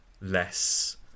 less